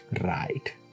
right